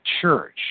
Church